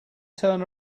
turn